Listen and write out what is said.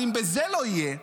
אבל אם בזה לא יהיה,